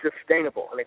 sustainable